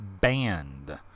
Band